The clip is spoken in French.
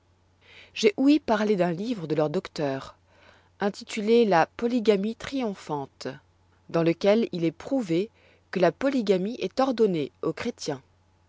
j'ai ouï parler d'un livre de leurs docteurs intitulé la polygamie triomphante dans lequel il est prouvé que la polygamie est ordonnée aux chrétiens